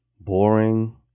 boring